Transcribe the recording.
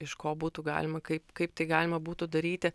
iš ko būtų galima kaip kaip tai galima būtų daryti